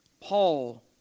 Paul